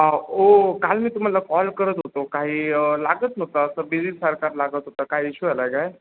हा ओ काल मी तुम्हाला कॉल करत होतो काही लागत नव्हतं असं बिझीसारखा लागत होतं काय इश्यू आला काय